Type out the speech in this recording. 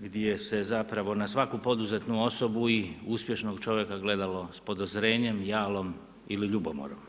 gdje se na svaku poduzetnu osobu i uspješnog čovjeka gledalo s podozrenjem, jalom ili ljubomorom.